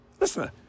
Listen